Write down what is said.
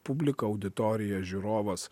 publika auditorija žiūrovas